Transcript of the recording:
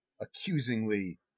accusingly